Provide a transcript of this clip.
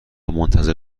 منتظر